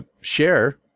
share